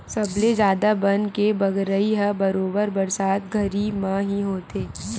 सबले जादा बन के बगरई ह बरोबर बरसात घरी म ही होथे